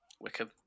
Wickham